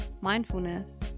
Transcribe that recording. mindfulness